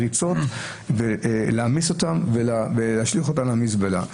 להעמיס במריצות ולהשליך למזבלה,